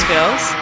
Girls